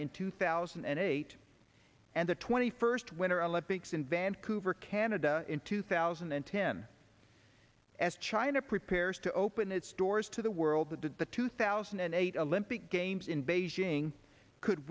in two thousand and eight and the twenty first winter olympics in vancouver canada in two thousand and ten as china prepares to open its doors to the world that the two thousand and eight olympic games in beijing could